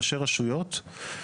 ראשי רשויות,